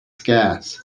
scarce